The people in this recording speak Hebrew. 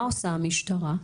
עבירה.